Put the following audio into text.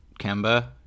Kemba